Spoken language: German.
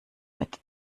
mit